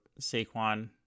Saquon